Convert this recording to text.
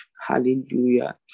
Hallelujah